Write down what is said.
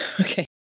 Okay